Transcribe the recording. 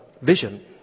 vision